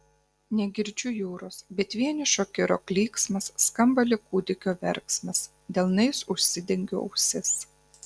negirdžiu jūros bet vienišo kiro klyksmas skamba lyg kūdikio verksmas delnais užsidengiu ausis